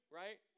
right